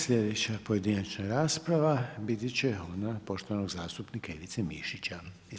Sljedeća pojedinačna rasprava biti će ona poštovanog zastupnika Ivice Mišića.